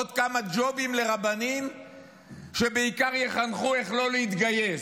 עוד כמה ג'ובים לרבנים שבעיקר יחנכו איך לא להתגייס,